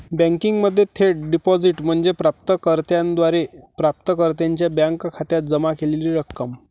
बँकिंगमध्ये थेट डिपॉझिट म्हणजे प्राप्त कर्त्याद्वारे प्राप्तकर्त्याच्या बँक खात्यात जमा केलेली रक्कम